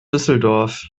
düsseldorf